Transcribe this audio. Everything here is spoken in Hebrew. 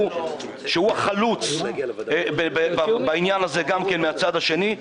שהוא חלוץ בעניין הזה מן הצד השני,